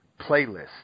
playlist